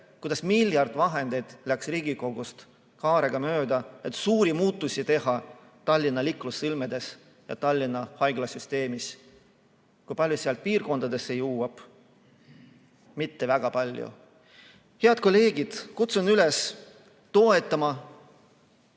kuidas miljard eurot läks Riigikogust kaarega mööda, et suuri muutusi teha Tallinna liiklussõlmedes ja Tallinna haiglasüsteemis. Kui palju sealt piirkondadesse jõuab? Mitte väga palju. Head kolleegid! Kutsun üles toetama